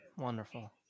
wonderful